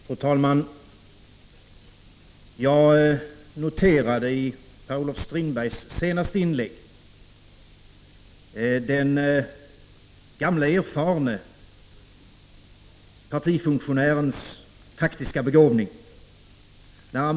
Fru talman! Jag noterade i Per-Olof Strindbergs senaste inlägg den gamle erfarne partifunktionärens taktiska begåvning.